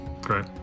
Great